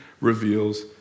reveals